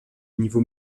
niveau